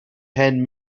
ten